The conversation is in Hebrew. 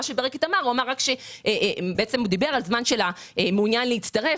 ברקת דיבר על הזמן שבו הלקוח מעוניין להצטרף,